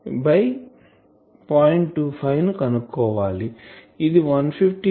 25 ని కనుక్కోవాలి